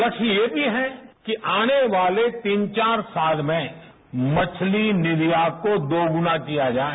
लक्ष्य यह ची रैकि आने वाले टीन चार साल में मछती निर्यात को दोगुनाकिया जाए